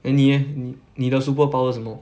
then 你 leh 你的 superpower 什么